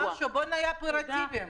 בואו נהיה אופרטיביים.